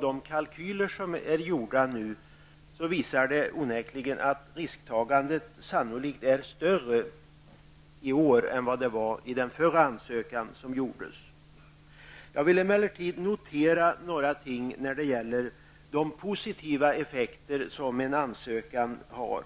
De kalkyler som är gjorda nu visar onekligen att risktagandet sannolikt är större i år än vad det var när den förra ansökan gjordes. Jag vill emellertid notera några ting när det gäller de positiva effekter som en ansökan har.